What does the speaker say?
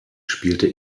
spielte